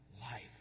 life